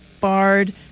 barred